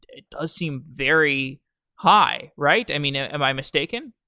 does seem very high, right? am you know am i mistaken?